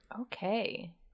Okay